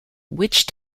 which